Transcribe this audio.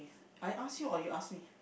I ask you or you ask me